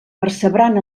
percebran